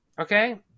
Okay